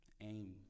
aim